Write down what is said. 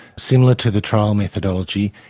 similar to the trial methodology,